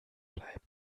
bleiben